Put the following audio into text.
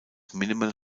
minimal